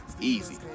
easy